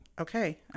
okay